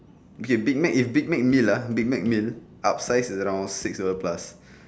okay big Mac if big Mac meal lah big Mac meal up size is around six dollar plus